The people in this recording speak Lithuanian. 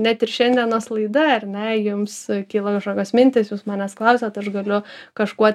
net ir šiandienos laida ar ne jums kyla kažkokios mintys jūs manęs klausiat aš galiu kažkuo